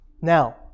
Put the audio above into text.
Now